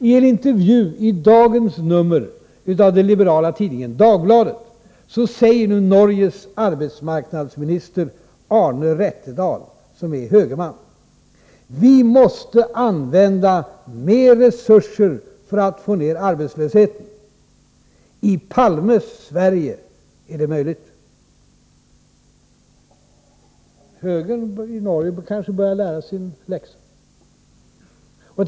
I en intervju i dagens nummer av den liberala tidningen Dagbladet säger Norges arbetsmarknadsminister Arne Rettedal, som är högerman: Vi måste använda mer resurser för att få ned arbetslösheten. I Palmes Sverige är det möjligt. Högern i Norge börjar kanske lära sin läxa.